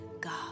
God